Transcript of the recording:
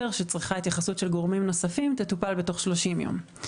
שצריכה התייחסות של גורמים נוספים תטופל בתוך 30 ימים.